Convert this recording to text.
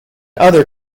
other